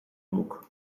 broek